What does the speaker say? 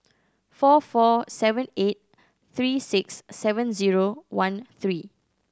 four four seven eight three six seven zero one three